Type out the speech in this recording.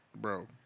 Bro